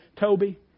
Toby